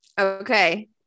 Okay